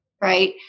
Right